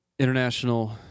International